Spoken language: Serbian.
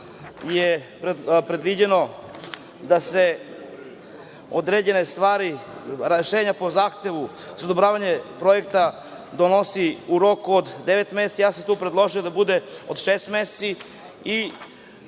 je predviđeno da se određene stvari, rešenja po zahtevu za odobravanje projekta donosi u roku od devet meseci, ja sam tu predložio da bude šest meseci i